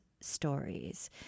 stories